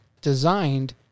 designed